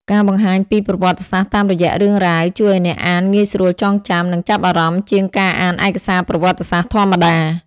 ការបង្ហាញពីប្រវត្តិសាស្ត្រតាមរយៈរឿងរ៉ាវ ជួយឲ្យអ្នកអានងាយស្រួលចងចាំ និងចាប់អារម្មណ៍ជាងការអានឯកសារប្រវត្តិសាស្ត្រធម្មតា។